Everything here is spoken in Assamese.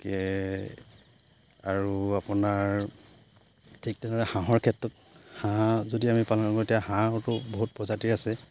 গতিকে আৰু আপোনাৰ ঠিক তেনেদৰে হাঁহৰ ক্ষেত্ৰত হাঁহ যদি আমি পালন কৰোঁ এতিয়া হাঁহটো বহুত প্ৰজাতিৰ আছে